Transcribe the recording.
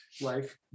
life